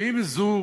ואם זו